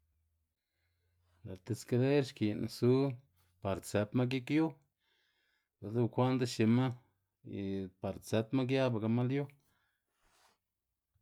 Lë' ti skaler xki'n su par tsepma gik yu, bi'ltsa bekwa'n dzexima y par tsetma giabagama lyu.